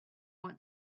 want